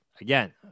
Again